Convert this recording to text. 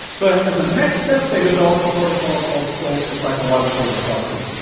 but as a next step they developed a protocol called skills for psychological recovery.